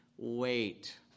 wait